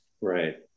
Right